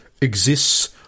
exists